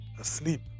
asleep